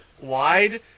wide